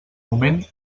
moment